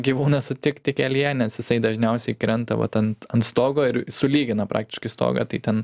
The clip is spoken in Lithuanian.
gyvūną sutikti kelyje nes jisai dažniausiai krenta vat ant ant stogo ir sulygina praktiškai stogą tai ten